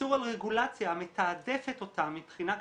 איסור רגולציה המתעדפת אותם מבחינה כלכלית,